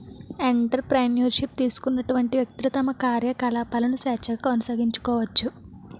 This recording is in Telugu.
ఎంటర్ప్రెన్యూర్ షిప్ తీసుకున్నటువంటి వ్యక్తులు తమ కార్యకలాపాలను స్వేచ్ఛగా కొనసాగించుకోవచ్చు